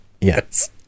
Yes